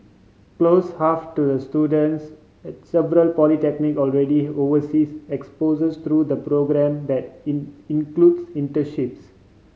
close half to the students at several polytechnic already overseas exposure through the programme that in includes internships